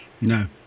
No